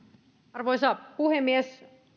arvoisa puhemies